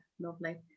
lovely